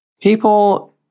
People